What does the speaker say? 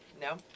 No